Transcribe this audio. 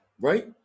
right